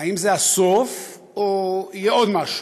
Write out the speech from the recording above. האם זה הסוף או שיהיה עוד משהו.